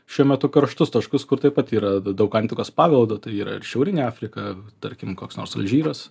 šiuo metu karštus taškus kur taip pat yra daug antikos paveldo tai yra ir šiaurinė afrika tarkim koks nors alžyras